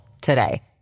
today